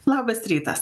labas rytas